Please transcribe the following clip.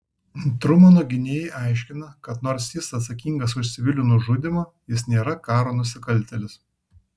trumano gynėjai aiškina kad nors jis atsakingas už civilių nužudymą jis nėra karo nusikaltėlis